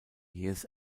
jähes